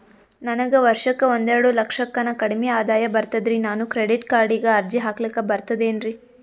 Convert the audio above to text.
ನನಗ ವರ್ಷಕ್ಕ ಒಂದೆರಡು ಲಕ್ಷಕ್ಕನ ಕಡಿಮಿ ಆದಾಯ ಬರ್ತದ್ರಿ ನಾನು ಕ್ರೆಡಿಟ್ ಕಾರ್ಡೀಗ ಅರ್ಜಿ ಹಾಕ್ಲಕ ಬರ್ತದೇನ್ರಿ?